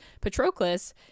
patroclus